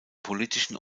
politischen